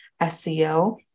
SEO